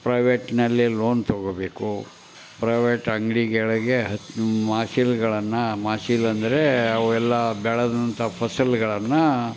ಪ್ರೈವೇಟ್ನಲ್ಲೇ loan ತಗೊಳ್ಬೇಕು private ಅಂಗಡಿಗಳಿಗೆ ಮಾಸಿಲ್ಗಳನ್ನ ಮಾಸಿಲ್ಲ ಅಂದರೆ ಅವು ಎಲ್ಲ ಬೆಳೆದ ನಂತರ ಫಸಲುಗಳನ್ನ